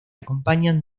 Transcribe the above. acompañan